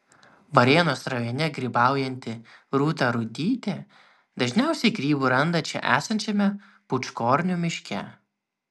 varėnos rajone grybaujanti rūta rudytė dažniausiai grybų randa čia esančiame pūčkornių miške